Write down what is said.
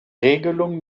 regelung